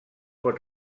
pot